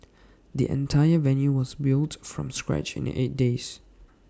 the entire venue was built from scratch in eight days